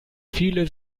viele